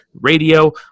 radio